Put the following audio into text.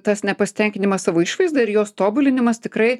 tas nepasitenkinimas savo išvaizda ir jos tobulinimas tikrai